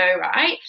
right